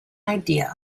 idea